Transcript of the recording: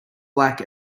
black